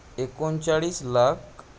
एकोणचाळीस लाख